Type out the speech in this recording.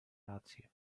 rację